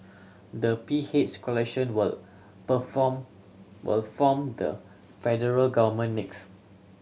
the P H coalition will perform were form the federal government next